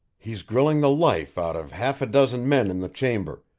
he's grilling the life out of half a dozen men in the chamber,